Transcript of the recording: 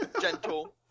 Gentle